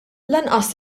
lanqas